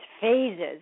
phases